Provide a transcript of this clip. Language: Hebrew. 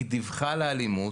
היא דיווחה על האלימות.